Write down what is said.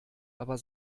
aber